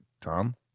Tom